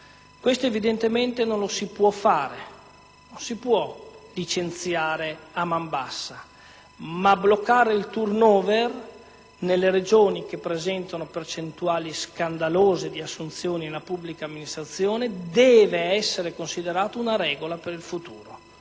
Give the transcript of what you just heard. questo Governo. Se dunque non si può licenziare a man bassa, bloccare il *turnover* nelle Regioni che presentano percentuali scandalose di assunzioni nella pubblica amministrazione, deve essere considerata una regola per il futuro.